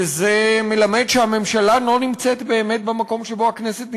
וזה מלמד שהממשלה לא נמצאת באמת במקום שבו הכנסת נמצאת.